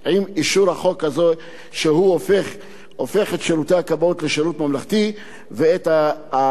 את שירותי הכבאות לשירות ממלכתי ואת לוחמי האש לעובדי מדינה.